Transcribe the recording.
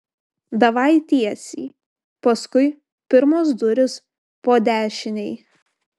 davai tiesiai paskui pirmos durys po dešinei